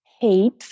hate